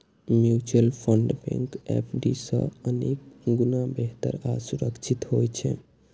mutual fund bank FD सं अनेक गुणा बेहतर आ सुरक्षित होइ छै